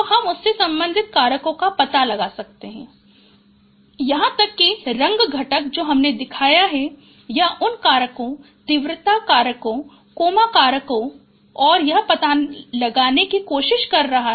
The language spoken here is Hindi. तो हम उससे संबंधित कारकों का पता लगा सकते हैं यहां तक कि रंग घटक जो हमने दिखाया है यह उन कारकों तीव्रता कारकों कोमा कारकों और यह पता लगाने की कोशिश कर रहा है